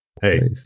hey